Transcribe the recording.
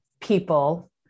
people